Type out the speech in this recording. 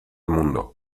mundo